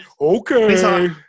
okay